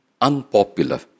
unpopular